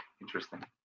Interesting